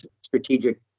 strategic